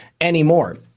anymore